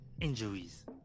injuries